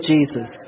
Jesus